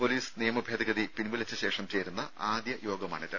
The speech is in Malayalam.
പൊലീസ് നിയമ ഭേദഗതി പിൻവലിച്ചതിന് ശേഷം ചേരുന്ന ആദ്യ യോഗമാണ് ഇത്